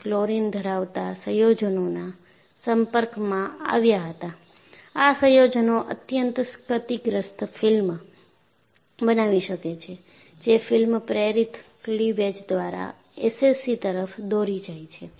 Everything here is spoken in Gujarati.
તે ક્લોરિન ધરાવતા સંયોજનોના સંપર્કમાં આવ્યા હતા આ સંયોજનો અત્યંત ક્ષતિગ્રસ્ત ફિલ્મ બનાવી શકે છે જે ફિલ્મ પ્રેરિત ક્લીવેજ દ્વારા SCC તરફ દોરી જાય છે